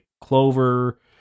clover